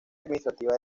administrativa